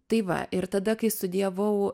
tai va ir tada kai studijavau